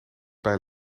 bij